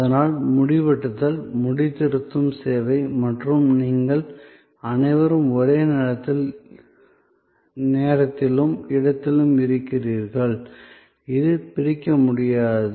அதனால் முடி வெட்டுதல் முடிதிருத்தும் சேவை மற்றும் நீங்கள் அனைவரும் ஒரே நேரத்திலும் இடத்திலும் இருக்கிறீர்கள் இது பிரிக்க முடியாதது